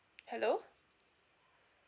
hello